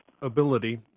ability